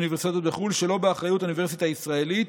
מאוניברסיטאות בחו"ל שלא באחריות אוניברסיטה ישראלית